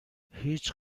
هیچ